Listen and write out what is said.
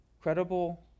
credible